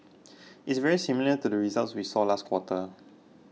it's very similar to the results we saw last quarter